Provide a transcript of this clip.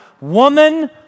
Woman